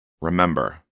Remember